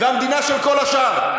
והמדינה של כל השאר.